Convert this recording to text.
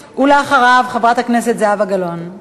ואחריו, חברת הכנסת זהבה גלאון.